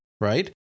right